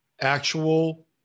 actual